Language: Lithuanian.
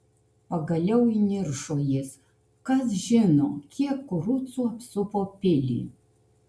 pagaliau įniršo jis kas žino kiek kurucų apsupo pilį